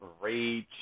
rage